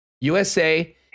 USA